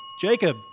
Jacob